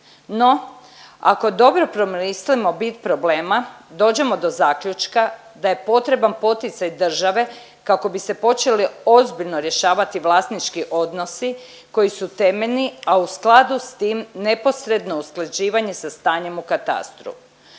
No ako dobro promislimo bit problema dođemo do zaključka da je potreban poticaj države kako bi se počeli ozbiljno rješavati vlasnički odnosi koji su temeljni, a u skladu s tim neposredno usklađivanje sa stanjem u katastru.